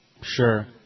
Sure